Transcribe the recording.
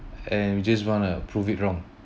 and we just want to prove it wrong